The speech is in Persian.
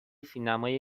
سینمای